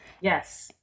Yes